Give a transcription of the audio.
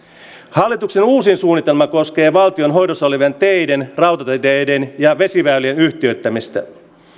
hallituksen uusin suunnitelma koskee valtion hoidossa olevien teiden rautateiden ja vesiväylien yhtiöittämistä